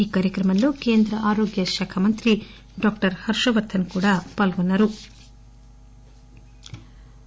ఈ కార్యక్రమంలో కేంద్ర ఆరోగ్య శాఖ మంత్రి డాక్టర్ హర్షవర్ధన్ కూడా పాల్గొన్నారు